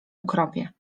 ukropie